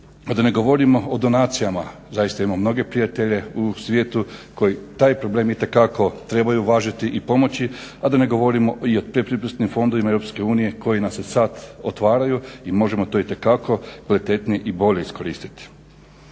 da ne govorimo o donacijama. Zaista imam mnoge prijatelje u svijetu koji taj problem itekako trebaju uvažiti i pomoći, a da ne govorimo i o pretpristupnim fondovima Europske unije koji nam se sad otvaraju i možemo to itekako kvalitetnije i bolje iskoristiti.